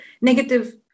negative